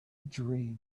dreamer